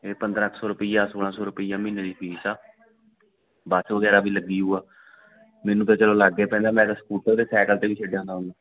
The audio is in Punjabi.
ਇਹ ਪੰਦਰਾਂ ਕੁ ਸੌ ਰੁਪਈਆਂ ਸੋਲਾਂ ਸੌ ਰੁਪਈਆ ਮਹੀਨੇ ਦੀ ਫੀਸ ਆ ਬੱਸ ਵਗੈਰਾ ਵੀ ਲੱਗੀ ਓ ਆ ਮੈਨੂੰ ਤਾਂ ਚੱਲ ਲਾਗੇ ਪੈਂਦਾ ਮੈਂ ਤਾਂ ਸਕੂਟਰ 'ਤੇ ਸੈਕਲ 'ਤੇ ਵੀ ਛੱਡ ਆਉਂਦਾ ਉਹਨੂੰ